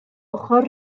ochr